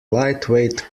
lightweight